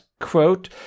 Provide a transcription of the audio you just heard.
quote